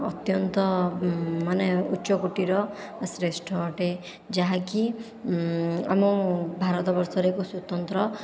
ଅତ୍ୟନ୍ତ ମାନେ ଉଚ୍ଚକୋଟିର ଶ୍ରେଷ୍ଠ ଅଟେ ଯାହାକି ଆମ ଭାରତବର୍ଷରେ ଏକ ସ୍ୱତନ୍ତ୍ର